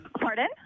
pardon